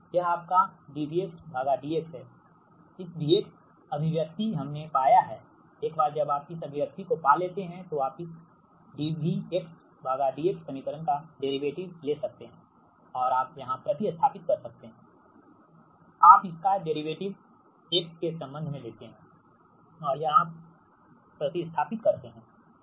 यह आपका dVdx है इस V अभिव्यक्ति हमने पाया है एक बार जब आप इस अभिव्यक्ति को पा लेते हैं तो आप इसdVdxसमीकरण का डेरिवेटिव ले सकते हैं और आप यहां प्रति स्थापित कर सकते हैं आप इसका डेरिवेटिव x के संबंध में लेते हैं और यहां प्रति स्थापित करते हैं ठीक